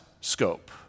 scope